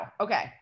Okay